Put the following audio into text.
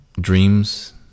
Dreams